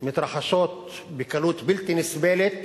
מתרחשות בקלות בלתי נסבלת